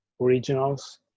originals